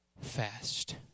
Fast